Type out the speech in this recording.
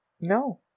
No